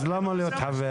אז למה להיות חבר?